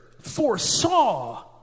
foresaw